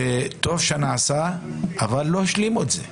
טוב שנעשה, אבל לא השלימו אותו.